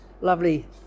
lovely